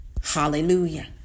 Hallelujah